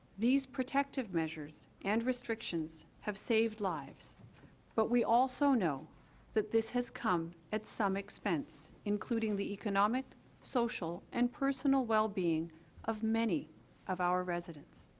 these protective measures and restrictions have saved lives but we also know that this has come at some expense including the economic social and personal well-being of many of our residents